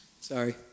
Sorry